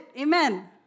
Amen